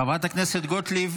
זה לא --- חברת הכנסת גוטליב,